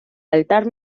altar